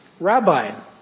Rabbi